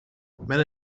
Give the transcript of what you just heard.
met